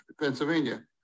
Pennsylvania